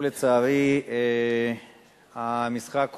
לצערי המשחק חוזר,